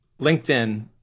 LinkedIn